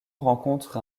rencontre